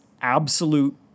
absolute